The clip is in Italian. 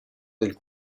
del